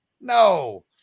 no